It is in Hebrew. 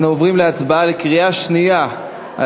אנחנו עוברים להצבעה בקריאה שנייה על